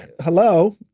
Hello